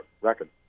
record